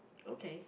okay